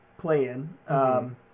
play-in